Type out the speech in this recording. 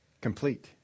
complete